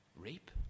Rape